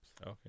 Okay